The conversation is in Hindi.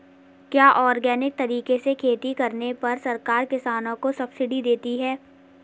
क्या ऑर्गेनिक तरीके से खेती करने पर सरकार किसानों को सब्सिडी देती है?